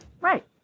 Right